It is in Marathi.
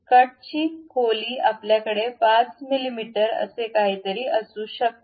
कटची खोली आपल्याकडे 5 मिमी असे काहीतरी असू शकते